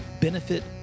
benefit